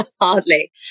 Hardly